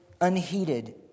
unheeded